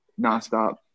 nonstop